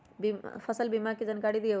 फसल बीमा के जानकारी दिअऊ?